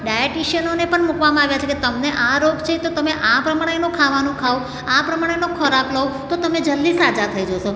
ડાયટિશીયનોને પણ મૂકવામાં આવ્યા છે કે તમને આ રોગ છે તો તમે આ પ્રમાણે એનું ખાવાનું ખાવ આ પ્રમાણેનો ખોરાક લો તો તમે જલદી સાજા થઈ જશો